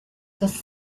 this